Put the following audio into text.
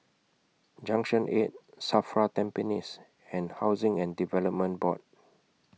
Junction eight SAFRA Tampines and Housing and Development Board